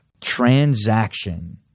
transaction